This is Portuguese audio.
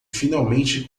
finalmente